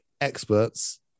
experts